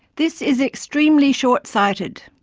this is extremely short sighted.